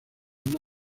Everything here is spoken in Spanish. una